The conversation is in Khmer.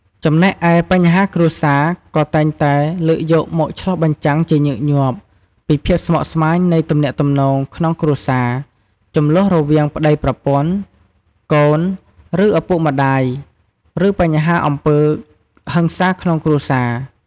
ចំណែកឯបញ្ហាគ្រួសារក៏តែងតែ លើកយកមកឆ្លុះបញ្ចាំងជាញឹកញាប់ពីភាពស្មុគស្មាញនៃទំនាក់ទំនងក្នុងគ្រួសារ ជម្លោះរវាងប្ដីប្រពន្ធ កូន ឬឪពុកម្ដាយ ឬបញ្ហាអំពើហិង្សាក្នុងគ្រួសារ ។